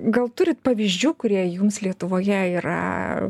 gal turit pavyzdžių kurie jums lietuvoje yra